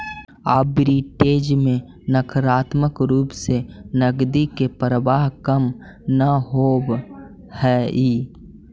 arbitrage में नकारात्मक रूप से नकदी के प्रवाह कम न होवऽ हई